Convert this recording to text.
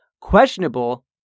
questionable